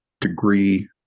degree